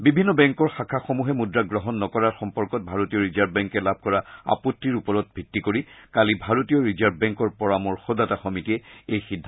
বিভিন্ন বেংকৰ শাখাসমূহে মুদ্ৰা গ্ৰহণ নকৰাৰ সম্পৰ্কত ভাৰতীয় ৰিজাৰ্ভ বেংকে লাভ কৰা আপত্তিৰ ওপৰত ভিত্তি কৰি কালি ভাৰতীয় ৰিজাৰ্ভ বেংকৰ পৰামৰ্শদাতা সমিতিয়ে এই সিদ্ধান্ত গ্ৰহণ কৰে